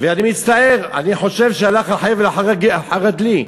ואני מצטער, אני חושב שהלך החבל אחר הדלי.